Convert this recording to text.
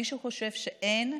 מי שחושב שאין,